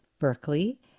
Berkeley